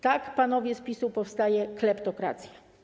Tak, panowie z PiS-u, powstaje kleptokracja.